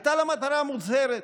הייתה לה מטרה מוצהרת,